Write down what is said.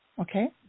Okay